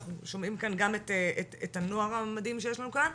אנחנו שומעים כאן גם את הנוער המדהים שיש לנו כאן,